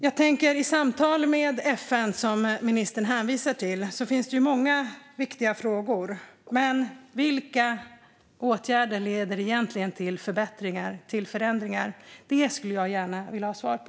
I de samtal med FN som ministern hänvisar till finns det mycket viktigt att ta upp. Men vilka åtgärder leder till verkliga förbättringar och förändringar? Det vill jag gärna ha svar på.